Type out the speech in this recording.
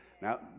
Now